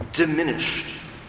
Diminished